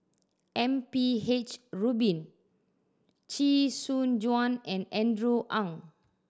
M P H Rubin Chee Soon Juan and Andrew Ang